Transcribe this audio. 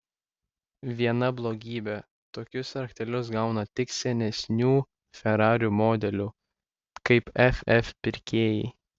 viena blogybė tokius raktelius gauna tik senesnių ferarių modelių kaip ff pirkėjai